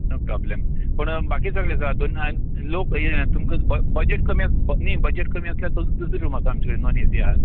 no problem पूण बाकी सगले दरना लोक ये तुमकां ये बज बजेट कमी आसा न्हय बजेट कमी आसल्यार सुद्दां दुसरें रूम आसा आमचे कडेन नॉन ए सी आसा